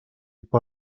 per